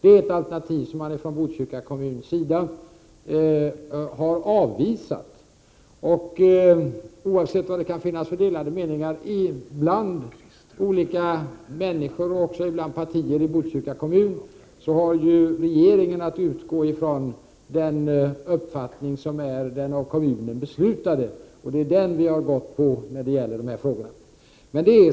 Det alternativet har man från Botkyrka kommuns sida avvisat. Oavsett vad det kan finnas för delade meningar bland olika människor och partier i Botkyrka kommun, har regeringen att utgå ifrån den uppfattning som är den av kommunen beslutade. Det är den vi stött oss på när det gäller dessa frågor.